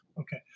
Okay